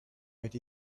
but